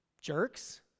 jerks